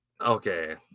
Okay